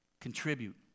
Contribute